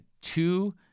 two –